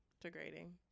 Degrading